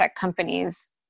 companies